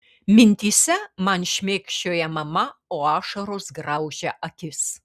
mintyse man šmėkščioja mama o ašaros graužia akis